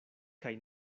kaj